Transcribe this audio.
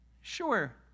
Sure